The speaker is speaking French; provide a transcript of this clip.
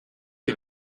qui